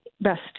best